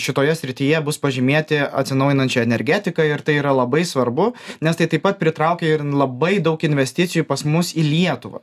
šitoje srityje bus pažymėti atsinaujinančia energetika ir tai yra labai svarbu nes tai taip pat pritraukia ir labai daug investicijų pas mus į lietuvą